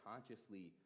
consciously